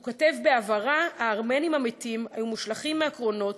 הוא כותב בהבהרה: "הארמנים המתים היו מושלכים מהקרונות,